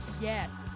Yes